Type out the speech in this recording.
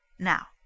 Now